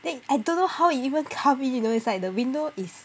then I don't know how it even come in you know it's like the window is